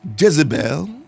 jezebel